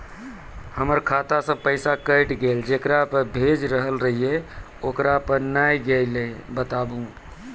हमर खाता से पैसा कैट गेल जेकरा पे भेज रहल रहियै ओकरा पे नैय गेलै बताबू?